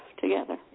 together